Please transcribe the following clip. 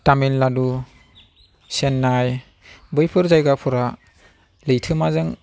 टामिल नाडु चेन्नाइ बैफोर जायगाफोरा लैथोमाजों